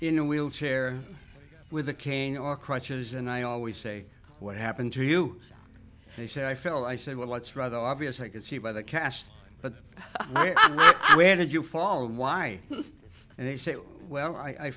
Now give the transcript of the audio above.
in a wheelchair with a cane or crutches and i always say what happened to you they say i fell i said well it's rather obvious i can see by the cast but i'm where did you fall and why and they said well i